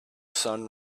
sun